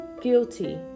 guilty